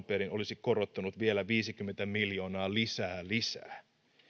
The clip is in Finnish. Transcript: perin olisi korottanut vielä viisikymmentä miljoonaa lisää lisää